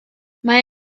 mae